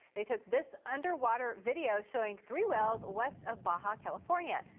they took this underwater video showing three miles west of baja california.